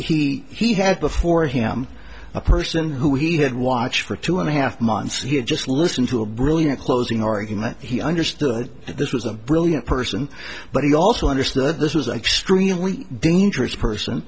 that he had before him a person who he had watched for two and a half months he had just listened to a brilliant closing argument he understood that this was a brilliant person but he also understood this was extremely dangerous person